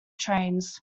trains